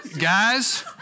guys